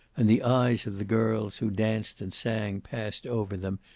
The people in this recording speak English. and the eyes of the girls who danced and sang passed over them,